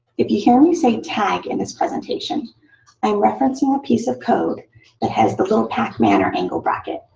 if you hear me say tag in this presentation, i am referencing a piece of code that has the little pacman or angle bracket.